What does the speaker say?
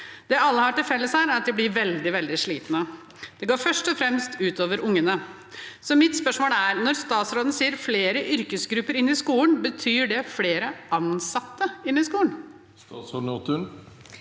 Det alle har til felles her, er at de blir veldig, veldig slitne. Det går først og fremst ut over ungene. Mitt spørsmål er: Når statsråden sier flere yrkesgrupper inn i skolen, betyr det flere ansatte inn i skolen? Statsråd Kari